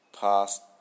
past